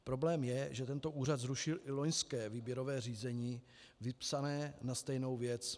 Problém je, že tento úřad zrušil i loňské výběrové řízení vypsané na stejnou věc.